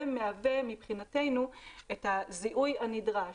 מבחינתנו זה מהווה את הזיהוי הנדרש.